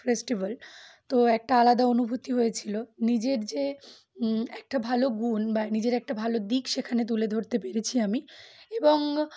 festival তো একটা আলাদা অনুভূতি হয়েছিলো নিজের যে একটা ভালো গুণ বা নিজের একটা ভালো দিক সেখানে তুলে ধরতে পেরেছি আমি এবং